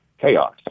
chaos